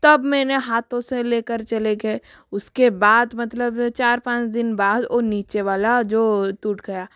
तब मैंने हाथों से लेकर चले गए उसके बाद मतलब चार पाँच दिन बाद ओ नीचे वाला जो टूट गया